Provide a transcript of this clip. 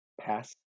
pass